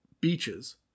beaches